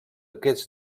aquests